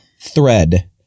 thread